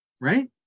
Right